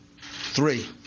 three